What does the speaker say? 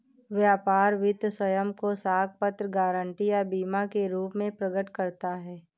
व्यापार वित्त स्वयं को साख पत्र, गारंटी या बीमा के रूप में प्रकट करता है